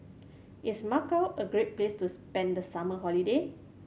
is Macau a great place to spend the summer holiday